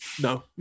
No